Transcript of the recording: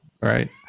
right